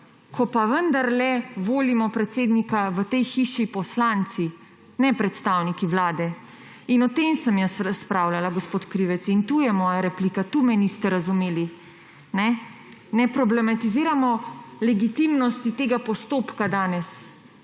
ko pa vendarle volimo predsednika v tej hiši poslanci, ne predstavniki Vlade. In o tem sem jaz razpravljala, gospod Krivec. Tukaj je moja replika, tukaj me niste razumeli. Ne problematiziramo legitimnosti tega postopka danes,